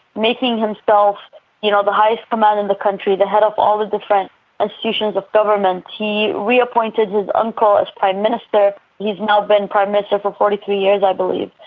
making himself you know the highest command in the country, the head of all the different institutions of government. he reappointed his uncle as prime minister he's now been prime minister for forty two years, i believe.